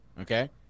Okay